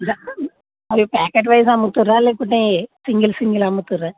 అవి packet wise అమ్ముతారా లేకుంటే సింగిల్ సింగిల్ అమ్ముత్తారా